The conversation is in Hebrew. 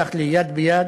השייך ל"יד ביד".